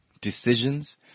decisions